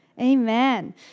Amen